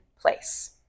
place